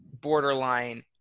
borderline